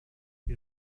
wir